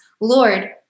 Lord